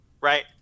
right